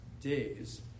days